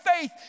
faith